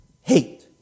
hate